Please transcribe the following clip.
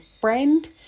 friend